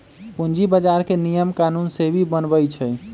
पूंजी बजार के नियम कानून सेबी बनबई छई